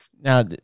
Now